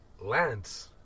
Lance